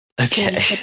Okay